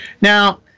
Now